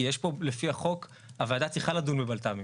כי לפי החוק הוועדה צריכה לדון בבלת"מים.